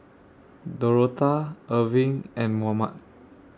Dorotha Erving and Mohammed